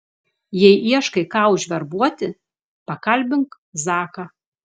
jei ieškai ką užverbuoti pakalbink zaką